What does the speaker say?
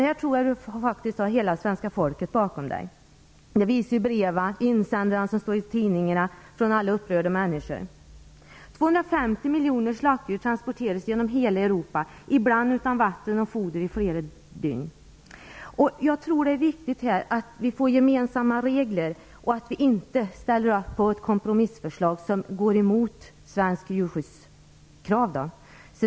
Jag tror att hela svenska folket ställer upp bakom detta. Det visar insändare i tidningarna från upprörda människor. Europa, ibland utan vatten och foder i flera dygn. Jag tror att det är viktigt att vi får gemensamma regler och inte ställer upp på ett kompromissförslag som går emot svenska djurskyddskrav.